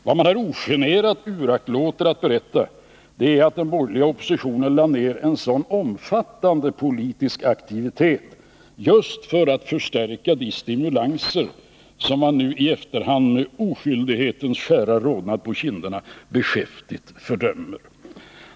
Vad man här ogenerat uraktlåter att berätta är att den borgerliga oppositionen lade ned en omfattande politisk aktivitet just för att förstärka de stimulanser som man nu i efterhand med oskyldighetens skära rodnad på kinderna beskäftigt fördömer.